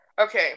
Okay